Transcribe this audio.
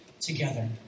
together